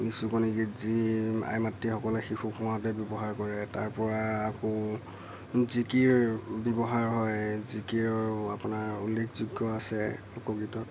নিচুকনি গীত যি আই মাতৃসকলে শিশুক শুৱাওতে ব্যৱহাৰ কৰে তাৰপৰা আকৌ জিকিৰ ব্যৱহাৰ হয় জিকিৰো আপোনাৰ উল্লেখ আছে লোকগীতত